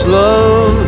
love